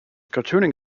cartooning